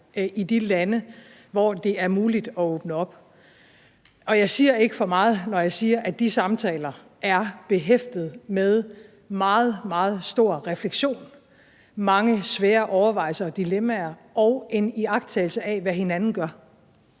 i de lande, hvor det er muligt at åbne op, og jeg siger ikke for meget, når jeg siger, at de samtaler er behæftet med meget, meget stor refleksion, mange svære overvejelser og dilemmaer og en iagttagelse af, hvad hinanden gør.